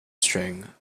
string